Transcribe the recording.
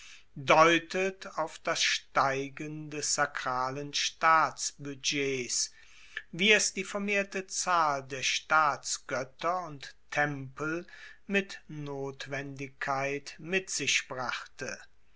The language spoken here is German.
deutet auf das steigen des sakralen staatsbudgets wie es die vermehrte zahl der staatsgoetter und tempel mit notwendigkeit mit sich brachte